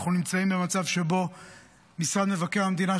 אנחנו נמצאים במצב שבו משרד מבקר המדינה,